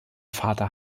vater